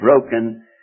broken